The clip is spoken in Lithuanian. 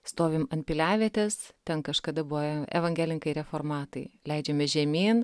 stovim ant piliavietės ten kažkada buvo evangelikai reformatai leidžiamės žemyn